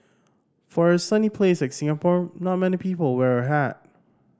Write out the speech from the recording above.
for a sunny place like Singapore not many people wear a hat